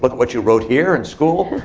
but what you wrote here in school.